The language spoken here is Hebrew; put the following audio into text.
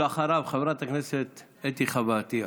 אחריו, חברת הכנסת אתי חוה עטייה.